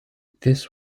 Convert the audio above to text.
this